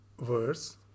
verse